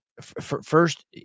First